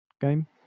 game